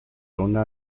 tunne